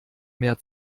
mehr